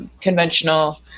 conventional